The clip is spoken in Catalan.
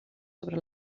sobre